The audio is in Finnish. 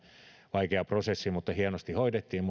vaikea prosessi mutta hienosti hoidettiin